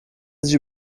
sich